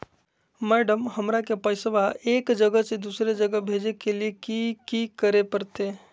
Madam, हमरा के पैसा एक जगह से दुसर जगह भेजे के लिए की की करे परते?